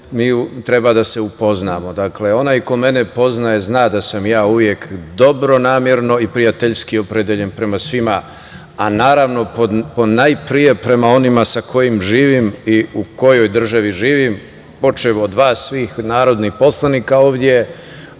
mi treba da se upoznamo. Dakle, onaj ko mene poznaje, zna da sam ja uvek dobronamerno i prijateljski opredeljen prema svima, a naravno, ponajpre prema onima sa kojima živim i u kojoj državi živim, počev od vas svih narodnih poslanika ovde